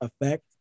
effect